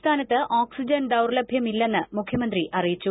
സംസ്ഥാനത്ത് ഓക്സിജൻ ദൌർലഭ്യമില്ലെന്ന് മുഖ്യമന്ത്രി അറിയിച്ചു